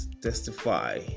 testify